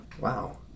Wow